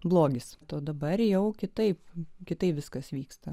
blogis to dabar jau kitaip kitaip viskas vyksta